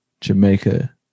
Jamaica